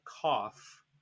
cough